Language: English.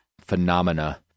phenomena